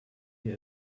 hier